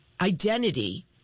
identity